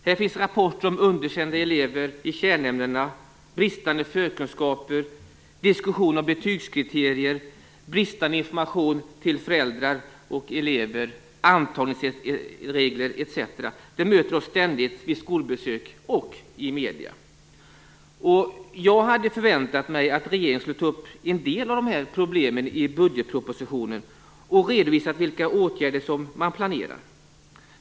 Det finns rapporter om elever som underkänns i kärnämnena, om bristande förkunskaper, diskussioner om betygskriterier, bristande information till föräldrar och elever, antagningsregler, etc. Detta möter oss ständigt vid skolbesök och i medierna. Jag hade förväntat mig att regeringen skulle ta upp en del av de här problemen i budgetpropositionen och redovisa vilka åtgärder man planerar.